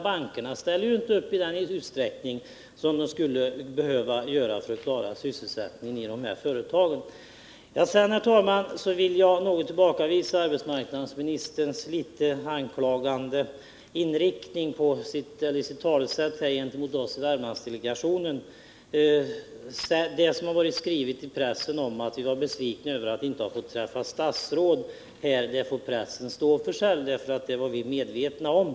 Bankerna ställer ju inte upp i den utsträckning som är nödvändig för att sysselsättningen skall kunna räddas i de här företagen. Sedan, herr talman, vill jag tillbakavisa arbetsmarknadsministerns litet anklagande tal om oss i Värmlandsdelegationen. Det som skrivits i pressen om att vi var besvikna över att vi inte fått träffa något statsråd får pressen stå för själv. Vi var medvetna om att ett sammanträffande inte var möjligt.